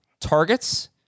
targets